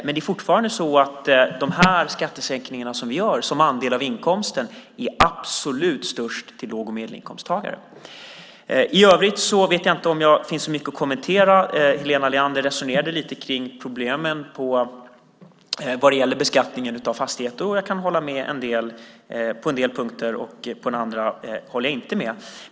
Men det är fortfarande så att de skattesänkningar som vi gör som andel av inkomsten är absolut störst till låg och medelinkomsttagare. I övrigt vet jag inte om det finns så mycket att kommentera. Helena Leander resonerade lite kring problemen vad gäller beskattningen av fastigheter, och jag kan hålla med på en del punkter. På andra håller jag inte med.